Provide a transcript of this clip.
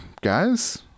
guys